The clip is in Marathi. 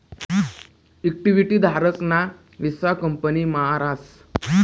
इक्विटी धारक ना हिस्सा कंपनी मा रास